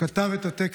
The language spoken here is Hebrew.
את זה.